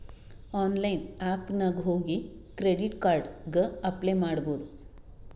online app ನಾಗ್ ಹೋಗಿ credit card ಗ ಅಪ್ಲೈ ಮಾಡ್ಬೋದು